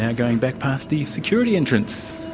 ah going back past the security entrance,